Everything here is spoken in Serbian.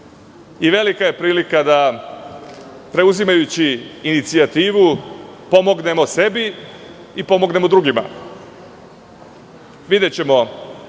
i velika je prilika da preuzimajući inicijativu pomognemo sebi i pomognemo drugima.